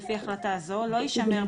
אנחנו רק מעגנים את ההחלטה שלך ב-1 באפריל.